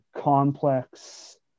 complex